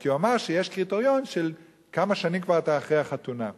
כי הוא אמר שיש קריטריון של כמה שנים כבר אתה אחרי החתונה.